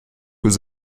was